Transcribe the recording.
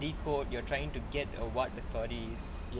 decode you are trying to get a what the stories